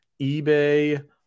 eBay